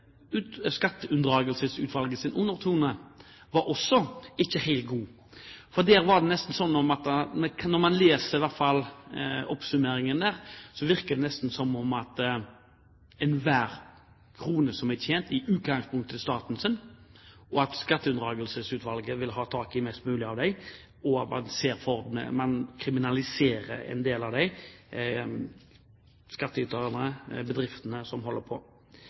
undertone heller ikke var helt god. Når man leser oppsummeringen der, virker det nesten som om hver krone som er tjent, i utgangspunktet er statens, at Skatteunndragelsesutvalget vil ha tak i mest mulig av dem, og at man kriminaliserer en del av skattyterne og bedriftene.